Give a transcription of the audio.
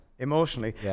emotionally